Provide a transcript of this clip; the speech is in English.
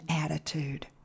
attitude